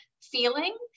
feeling